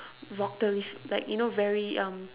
voca~ like you know very um